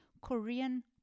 Korean